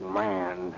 man